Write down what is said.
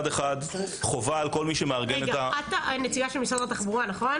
על המארגנים בעתיד יש לדעתי